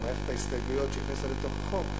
או מערכת ההסתייגויות שהכניסה לתוך החוק,